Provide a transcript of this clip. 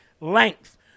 length